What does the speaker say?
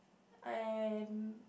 and